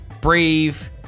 brave